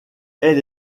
elle